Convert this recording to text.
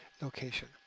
location